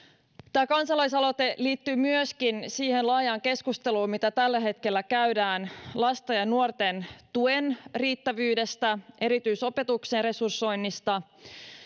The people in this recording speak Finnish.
tämä kansalaisaloite liittyy myöskin siihen laajaan keskusteluun mitä tällä hetkellä käydään lasten ja nuorten tuen riittävyydestä ja erityisopetuksen resursoinnista